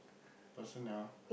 personnel